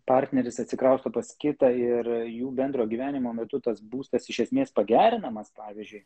partneris atsikrausto pas kitą ir jų bendro gyvenimo metu tas būstas iš esmės pagerinamas pavyzdžiui